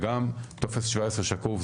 וגם טופס 17 שקוף,